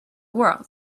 world